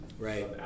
Right